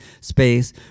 space